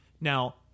Now